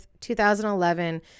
2011